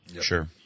Sure